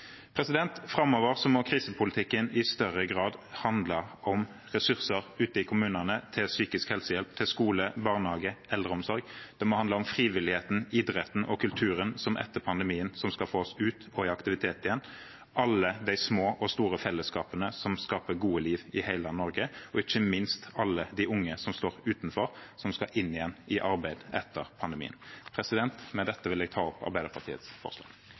Framover må krisepolitikken i større grad handle om ressurser ute i kommunene til psykisk helsehjelp, skole, barnehage og eldreomsorg. Det må handle om frivilligheten, idretten og kulturen, som etter pandemien skal få oss ut og i aktivitet igjen, alle de små og store fellesskapene som skaper gode liv i hele Norge, og ikke minst alle de unge som står utenfor, og som skal inn igjen i arbeid etter pandemien. Med dette vil jeg ta opp Arbeiderpartiets forslag.